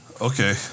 Okay